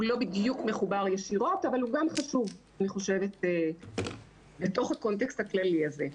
הוא לא בדיוק מחובר לו ישירות אבל הוא גם חשוב בתוך הקונטקסט הכללי הזה.